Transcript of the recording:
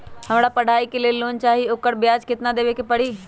हमरा पढ़ाई के लेल लोन चाहि, ओकर ब्याज केतना दबे के परी?